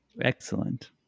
Excellent